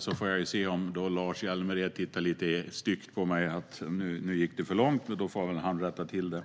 Sedan får jag se om Lars Hjälmered tittar lite styggt på mig och tycker att det går för långt; då får han rätta till det.